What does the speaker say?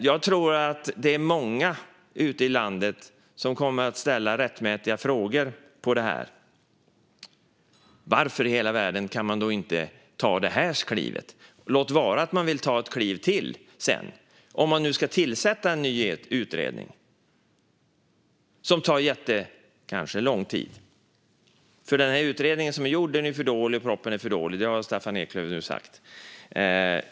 Jag tror att många ute i landet kommer att ställa rättmätiga frågor om detta. Varför i hela världen kan man inte ta det klivet? Låt vara att man vill ta ytterligare ett kliv senare. Ska en utredning som tar lång tid tillsättas? Utredningen och propositionen är för dålig. Det har Staffan Eklöf sagt.